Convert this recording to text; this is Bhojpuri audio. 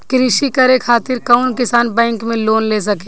कृषी करे खातिर कउन किसान बैंक से लोन ले सकेला?